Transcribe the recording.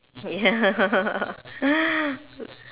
ya